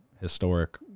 historic